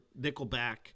nickelback